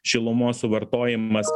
šilumos suvartojimas